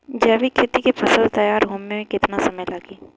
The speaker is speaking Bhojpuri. जैविक खेती के फसल तैयार होए मे केतना समय लागी?